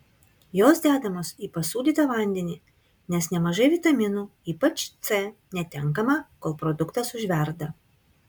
jos dedamos į pasūdytą vandenį nes nemažai vitaminų ypač c netenkama kol produktas užverda